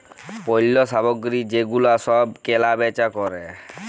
পল্য সামগ্রী যে গুলা সব কেলা বেচা ক্যরে